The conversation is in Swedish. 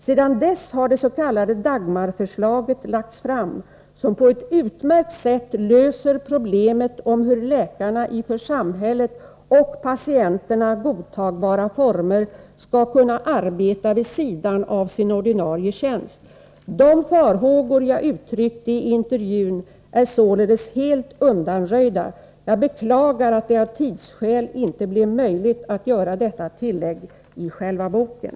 Sedan dess har det s.k. Dagmar-förslaget lagts fram, som på ett utmärkt sätt löser problemet om hur läkarna i för samhället och patienterna godtagbara former skall kunna arbeta vid sidan av sin ordinarie tjänst. De farhågor jag uttryckte i intervjun är således helt undanröjda. Jag beklagar att det av tidsskäl inte blev möjligt att göra detta tillägg i själva boken.”